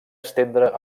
estendre